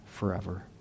forever